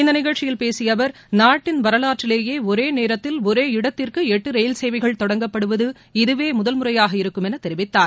இந்த நிகழ்ச்சியில் பேசிய அவர் நாட்டின் வரவாற்றிலேயே ஒரே நேரத்தில் ஒரே இடத்திற்கு எட்டு ரயில்சேவைகள் தொடங்கப்படுவது இதவே முதல்முறையாக இருக்கும் என தெரிவித்தார்